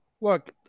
Look